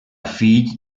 fill